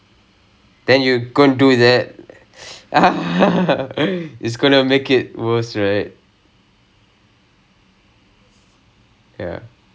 and the dude and the dude was doing chiropractic like now I think about it the more I think about it is like oh god what was going on so I how would I put it